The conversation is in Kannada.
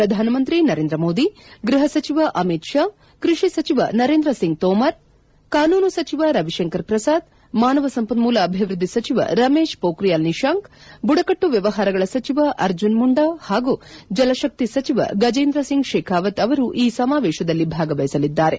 ಪ್ರಧಾನ ಮಂತ್ರಿ ನರೇಂದ್ರ ಮೋದಿ ಗೃಹ ಸಚಿವ ಅಮಿತ್ ಶಾ ಕೃಷಿ ಸಚಿವ ನರೇಂದ್ರ ಸಿಂಗ್ ತೋಮಾರ್ ಕಾನೂನು ಸಚಿವ ರವಿತಂಕರ್ ಪ್ರಸಾದ್ ಮಾನವ ಸಂಪನ್ಮೂಲ ಅಭಿವೃದ್ಧಿ ಸಚಿವ ರಮೇಶ್ ಪೋಖರಿಯಾಲ್ ನಿಶಾಂಕ್ ಬುಡಕಟ್ಲು ವ್ವವಹಾರಗಳ ಸಚಿವ ಅರ್ಜುನ್ ಮುಂಡಾ ಹಾಗೂ ಜಲಕಕ್ತಿ ಸಚಿವ ಗಜೇಂದ್ರ ಸಿಂಗ್ ಶೇಖಾವತ್ ಅವರು ಈ ಸಮಾವೇಶದಲ್ಲಿ ಭಾಗವಹಿಸಲಿದ್ದಾರೆ